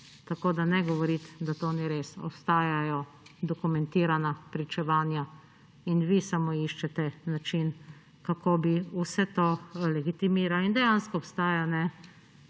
Tako ne govoriti, da to ni res, obstajajo dokumentirana pričevanja – in vi samo iščete način, kako bi vse to legitimirali, dejansko obstaja